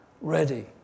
ready